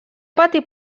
pati